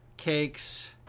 Cakes